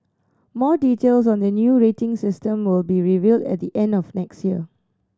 more details on the new rating system will be revealed at the end of next year